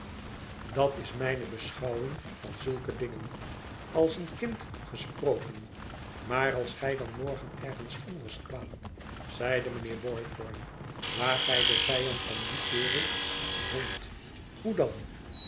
dat is mijne beschouwing van zulke dingen als een kind gesproken maar als gij dan morgen ergens anders kwaamt zeide mijnheer boy thorn waar gij den vijand van dien kerel vondt hoe dan